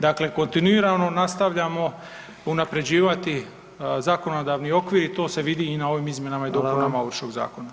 Dakle, kontinuirano nastavljamo unapređivati zakonodavni okvir i to se vidi i na ovim izmjenama i dopunama [[Upadica: Hvala vam]] Ovršnog zakona.